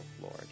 lord